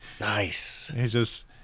Nice